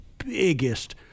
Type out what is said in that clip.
biggest